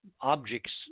objects